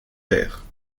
père